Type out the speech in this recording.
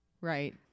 Right